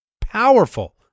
powerful